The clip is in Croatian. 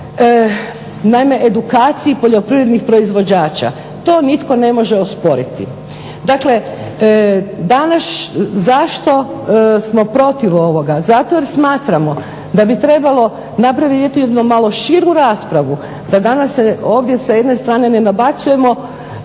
naime edukaciji poljoprivrednih proizvođača. To nitko ne može osporiti. Dakle, danas zašto smo protiv ovoga? Zato jer smatramo da bi trebalo napraviti jednu malo širu raspravu, da danas se ovdje sa jedne strane ne nabacujemo